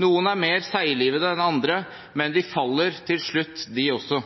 Noen er mer seiglivede enn andre, men de faller til slutt de også.